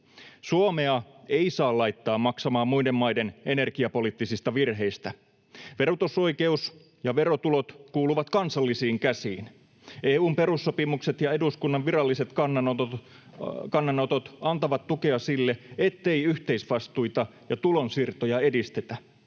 Suomea ei saa laittaa maksamaan muiden maiden energiapoliittisista virheistä. Verotusoikeus ja verotulot kuuluvat kansallisiin käsiin. EU:n perussopimukset ja eduskunnan viralliset kannanotot antavat tukea sille, ettei yhteisvastuita ja tulonsiirtoja edistetä.